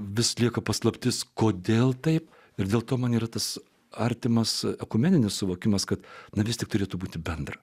vis lieka paslaptis kodėl taip ir dėl to man yra tas artimas ekumeninis suvokimas kad narystė turėtų būti bendra